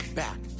back